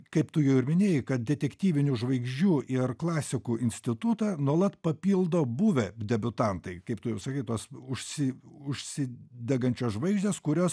kaip tu jau ir minėjai kad detektyvinių žvaigždžių ir klasikų institutą nuolat papildo buvę debiutantai kaip tu jau sakai tuos užsi užsidegančios žvaigždės kurios